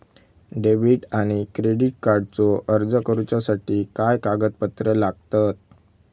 Debit आणि credit कार्डचो अर्ज करुच्यासाठी काय कागदपत्र लागतत?